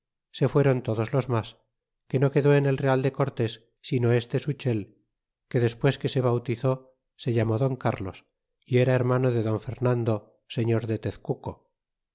se fuéron todos los mas que no quedó en el real de cortés sino este suchel que despues que se bautizó se llamó don cárlos y era hermano de don fernando señor de tezcuco